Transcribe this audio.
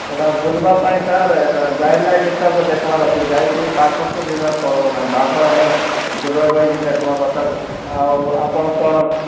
ଏଇଟା ବୁଲିବା ପାଇଁ ସାର୍ ଏଇଟା ଗାଇଡ଼୍ ଲାଇନ୍ ହିସାବରେ ଦେଖିବାର ଅଛି ଯାଇକି ପାଖକୁ ଯିବା ପଡ଼ିବ ନାହିଁ ବାଘ ହେଲେ ଦୂରରେ ରହି ଦେଖିବା କଥା ଆଉ ଆପଣ କ'ଣ